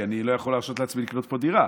כי אני לא יכול להרשות לעצמי לקנות פה דירה,